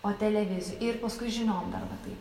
o televiz ir paskui žiniom dar va taip